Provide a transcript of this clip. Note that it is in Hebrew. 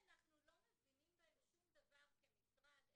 אלה נושאים שאנחנו לא מבינים בהם שום דבר, כמשרד.